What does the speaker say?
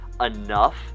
enough